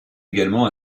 également